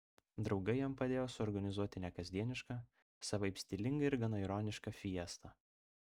draugai jam padėjo suorganizuoti nekasdienišką savaip stilingą ir gana ironišką fiestą